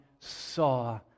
saw